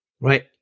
right